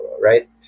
right